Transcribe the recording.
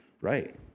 Right